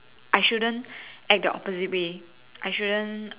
I shouldn't act the opposite way I shouldn't